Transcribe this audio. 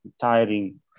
tiring